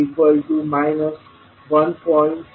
5V0 1